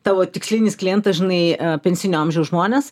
tavo tikslinis klientas žinai pensinio amžiaus žmonės